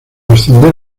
ascender